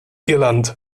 irland